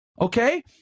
okay